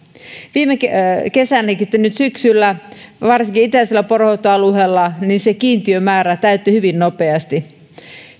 viime kesänäkin tai nyt syksyllä varsinkin itäisellä poronhoitoalueella kiintiömäärä täyttyi hyvin nopeasti